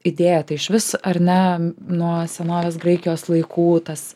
idėja tai išvis ar ne nuo senovės graikijos laikų tas